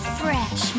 fresh